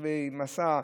רכבי משא,